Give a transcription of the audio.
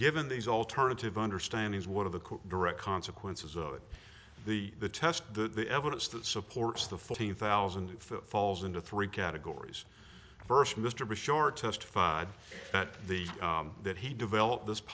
given these alternative understanding is one of the direct consequences of the the test the evidence that supports the fourteen thousand falls into three categories first mr bush or testified that the that he developed this